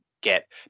get